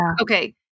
okay